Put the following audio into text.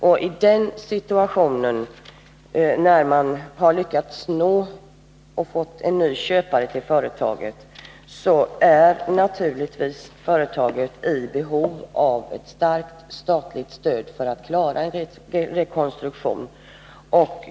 Om man får en ny köpare till företaget, blir man naturligtvis i behov av ett starkt statligt stöd för att klara en rekonstruktion.